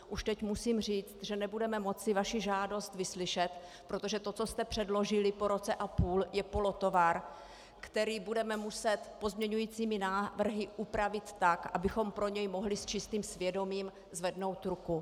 Už teď musím říct, že nebudeme moci vaši žádost vyslyšet, protože to, co jste předložili po roce a půl, je polotovar, který budeme muset pozměňujícími návrhy upravit tak, abychom pro něj mohli s čistým svědomím zvednout ruku.